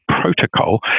protocol